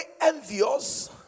envious